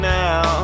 now